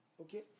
Okay